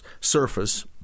surface